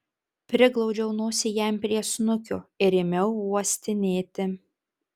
priglaudžiau nosį jam prie snukio ir ėmiau uostinėti